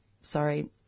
sorry